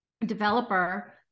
developer